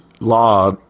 law